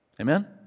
Amen